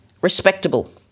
respectable